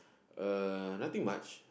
uh nothing much